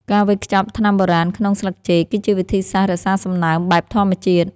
ការវេចខ្ចប់ថ្នាំបុរាណក្នុងស្លឹកចេក គឺជាវិធីសាស្ត្ររក្សាសំណើមបែបធម្មជាតិ។